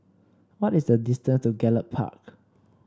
what is the distance to Gallop Park